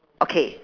okay